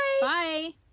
Bye